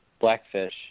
Blackfish